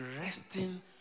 resting